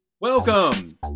Welcome